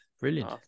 Brilliant